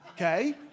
Okay